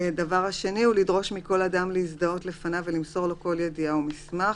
(2)לדרוש מכל אדם להזדהות לפניו ולמסור לו כל ידיעה או מסמך,